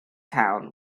town